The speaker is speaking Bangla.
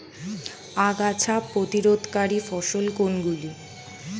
আগাছা প্রতিরোধকারী ফসল কোনগুলি?